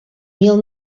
mil